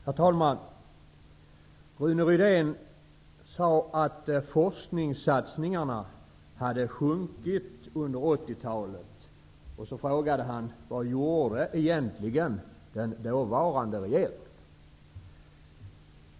Herr talman! Rune Rydén sade att forskningssatsningarna hade sjunkit under 1980 talet och så frågade han vad den dåvarande regeringen gjorde.